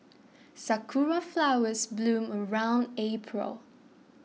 sakura flowers bloom around April